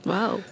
Wow